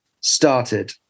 started